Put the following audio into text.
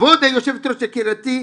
כבוד יושבת הראש, יקירתי,